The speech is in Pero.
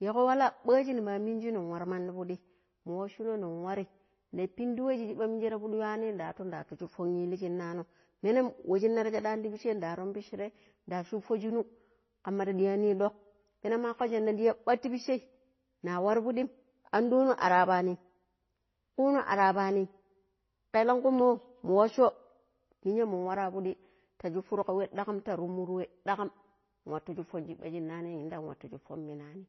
Yigo wala ɓaaji ni ma mingi nin waro mandi pidi mu wassu no nin wari nin pinɗu we shi shiɓa maingire ti pidi yuuni da atu da tu shutufon ili shinnano. Menom we shinnar. shaaɗani ti pishai da aron pishirai da shufu shinu kamar diyani dok penan ma kakko shanna diya ɓat ti pishai na waro pidim aɗono ar apaanim kuuno ara apaanim keelan ku mo mu wasso ninya mun wara pidi ta shufuru ka we ɗakkam ta tumuru we dakkam nwatu shufun shiɓa shinani. nwato shufun minani